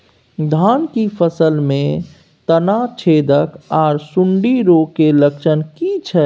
धान की फसल में तना छेदक आर सुंडी रोग के लक्षण की छै?